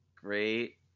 great